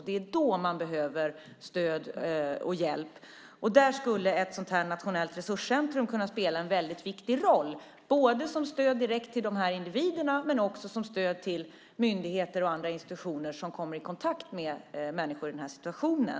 Det är då man behöver stöd och hjälp. Där skulle ett sådant här nationellt resurscentrum kunna spela en väldigt viktig roll som stöd direkt till de här individerna men också som stöd till myndigheter och andra institutioner som kommer i kontakt med människor i den här situationen.